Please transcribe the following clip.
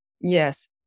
Yes